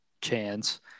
chance